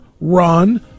run